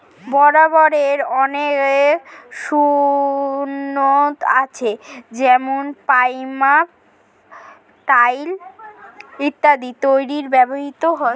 রাবারের অনেক গুন আছে যেমন পাইপ, টায়র ইত্যাদি তৈরিতে ব্যবহৃত হয়